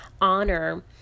honor